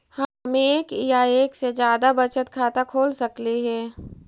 हम एक या एक से जादा बचत खाता खोल सकली हे?